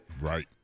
Right